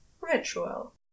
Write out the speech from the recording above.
ritual